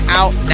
out